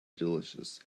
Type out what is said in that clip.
delicious